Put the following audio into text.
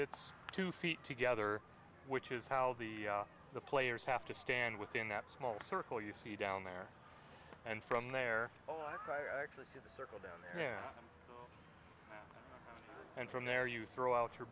it's two feet together which is how the the players have to stand within that small circle you see down there and from there actually to the circle down there and from there you throw out your